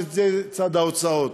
שזה צד ההוצאות.